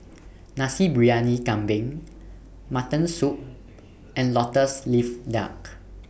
Nasi Briyani Kambing Mutton Soup and Lotus Leaf Duck